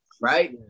Right